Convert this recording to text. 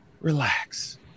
relax